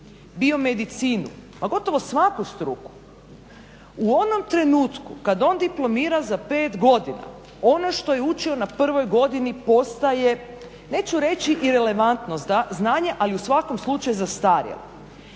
bio medicinu, ma gotovo svaku struku u onom trenutku kad on diplomira za pet godina, ono što je učio na prvoj godini, postaje neću reći irelevantno znanje ali u svakom slučaju zastarjelo.